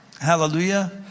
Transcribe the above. Hallelujah